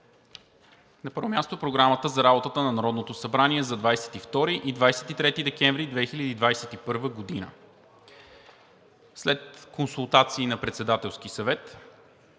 представям Ви Програмата за работата на Народното събрание за 22 – 23 декември 2021 г. След консултации на Председателския съвет